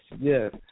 Yes